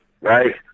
right